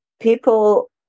people